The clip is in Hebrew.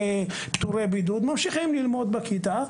פטורי בידוד, ממשיכים ללמוד בכיתה.